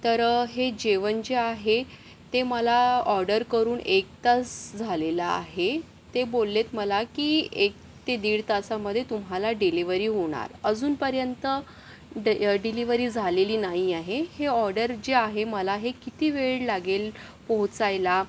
तर हे जेवण जे आहे ते मला ऑर्डर करून एक तास झालेला आहे ते बोललेत मला की एक ते दीड तासामधे तुम्हाला डिलीव्हरी होणार अजूनपर्यंत डे डिलिव्हरी झालेली नाही आहे हे ऑर्डर जे आहे मला हे किती वेळ लागेल पोहोचायला